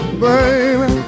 baby